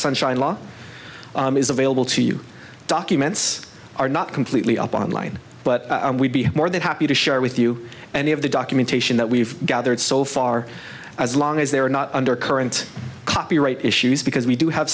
sunshine law is available to you documents are not completely up online but we'd be more than happy to share with you any of the documentation that we've gathered so far as long as they are not under current copyright issues because we do have